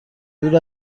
دور